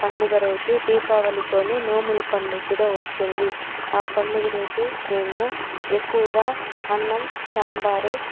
పండుగ రోజు దీపావళితోనే నోములు పండుగ కూడా వస్తుంది ఆ పండుగ రోజు మేము ఎక్కువగా అన్నం సాంబారు